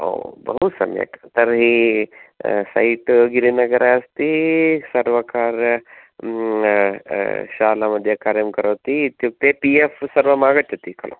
ओ बहु सम्यक् तर्हि सैट् गिरिनगरे अस्ति सर्वकार शालामध्ये कार्यं करोति इत्युक्ते पि एफ् सर्वम् आगच्छति खलु